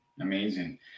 amazing